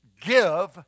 give